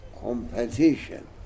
Competition